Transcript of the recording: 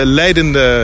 leidende